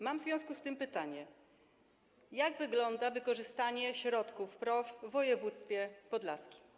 Mam w związku z tym pytanie: Jak wygląda wykorzystanie środków PROW w województwie podlaskim?